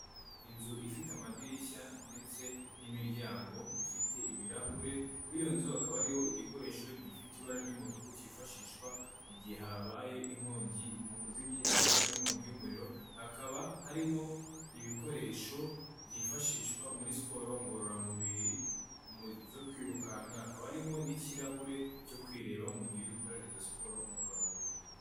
Inzu ifite amadirishya ndetse n'imiryango bifite ibirahure, kuri iyo nzu hakaba hariho igikoresho gifite ibara ry'umutuku kifashishwa igihe habaye inkongi mu kuzimya igihe habaye inkongi y'umuriro, hakaba harimo ibikoresho byifashishwa muri siporo ngororamubiri zo kwirukanka hakaba harimo n'ikirahure cyo kwirebamo mu gihe ukora izo siporo ngororamubiri.